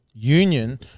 union